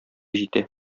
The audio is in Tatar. җитә